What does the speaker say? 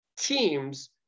teams